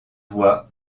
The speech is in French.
voies